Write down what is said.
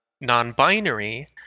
non-binary